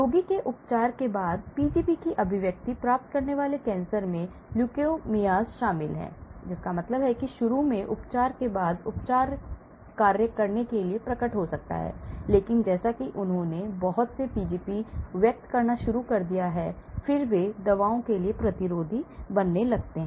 रोगी के उपचार के बाद P gp की अभिव्यक्ति प्राप्त करने वाले कैंसर में ल्यूकेमियास शामिल हैं जिसका मतलब है कि शुरू में उपचार के बाद उपचार कार्य करने के लिए प्रकट हो सकता है लेकिन जैसा कि उन्होंने बहुत से Pgps व्यक्त करना शुरू कर दिया है फिर वे उन दवाओं के लिए प्रतिरोधी बनने लगते हैं